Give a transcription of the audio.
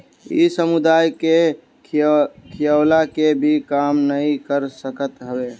इ समुदाय के खियवला के भी काम नाइ कर सकत हवे